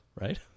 right